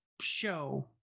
show